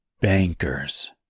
Bankers